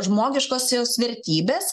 žmogiškosios vertybės